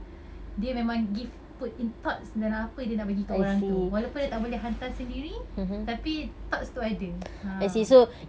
dia memang gift put in thoughts dalam apa yang dia nak bagi orang tu walaupun dia tak boleh hantar sendiri tapi thoughts tu ada ah